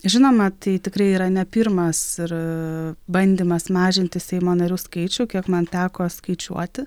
žinoma tai tikrai yra ne pirmas ir bandymas mažinti seimo narių skaičių kiek man teko skaičiuoti